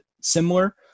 similar